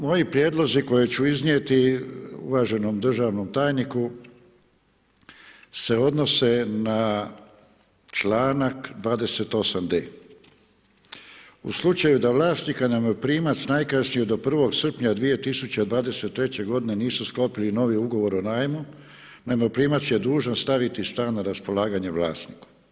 Moji prijedlozi koje ću iznijeti uvaženom državnom tajniku se odnose na članak 28.d. – U slučaju da vlasnika najmoprimac najkasnije do 1. srpnja 2023. godine nisu sklopili novi ugovor o najmu, najmoprimac je dužan staviti stan na raspolaganje vlasniku.